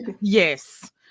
Yes